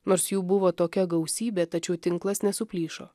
nors jų buvo tokia gausybė tačiau tinklas nesuplyšo